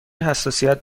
حساسیت